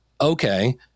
okay